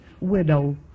widow